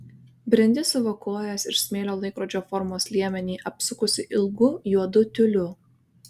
brendi savo kojas ir smėlio laikrodžio formos liemenį apsukusi ilgu juodu tiuliu